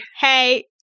Hey